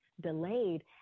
delayed